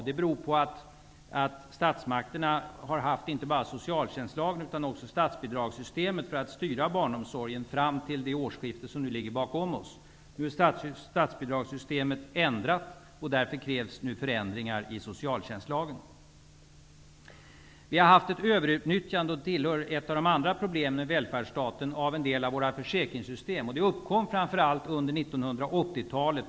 Det beror på att statsmakterna har haft inte bara socialtjänstlagen, utan också statsbidragssy stemet för att styra barnomsorgen fram till det årsskifte som ligger bakom oss. Nu är statsbi dragssystemet ändrat, och därför krävs föränd ringar i socialtjänstlagen. Vi har haft ett överutnyttjande av en del av våra försäkringssystem. Det är det andra problemet i välfärdsstaten. Detta uppkom framför allt under 1980-talet.